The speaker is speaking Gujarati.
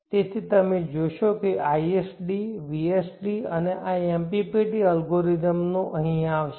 તેથી તમે જોશો કે isd vsd અને આ MPPT અલ્ગોરિધમનો અહીં આવશે